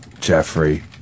Jeffrey